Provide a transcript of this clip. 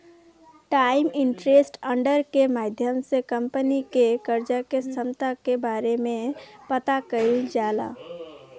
times interest earned के माध्यम से कंपनी के कर्जा के क्षमता के बारे में पता कईल जाला